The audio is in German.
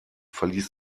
verließ